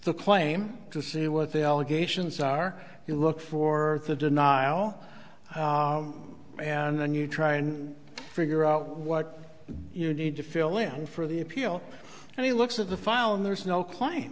the claim to see what the allegations are you look for the denial and then you try and figure out what you need to fill in for the appeal and he looks at the file and there's no